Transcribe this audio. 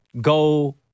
go